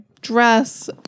dress